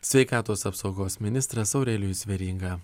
sveikatos apsaugos ministras aurelijus veryga